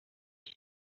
she